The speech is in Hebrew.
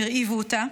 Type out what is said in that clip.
הרעיבו אותה.